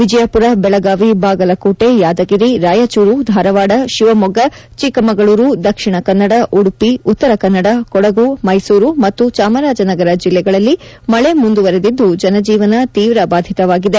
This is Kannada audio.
ವಿಜಯಪುರ ಬೆಳಗಾವಿ ಬಾಗಲಕೋಟೆ ಯಾದಗಿರಿ ರಾಯಚೂರು ಧಾರವಾಡ ಶಿವಮೊಗ್ಗ ಚಿಕ್ಕಮಗಳೂರು ದಕ್ಷಿಣ ಕನ್ನಡ ಉಡುಪಿ ಉತ್ತರ ಕನ್ನಡ ಕೊಡಗು ಮೈಸೂರು ಮತ್ತು ಚಾಮರಾಜನಗರ ಜಿಲ್ಲೆಗಳಲ್ಲಿ ಮಳೆ ಮುಂದುವರೆದಿದ್ದು ಜನಜೀವನ ತೀವ್ರ ಬಾಧಿತವಾಗಿದೆ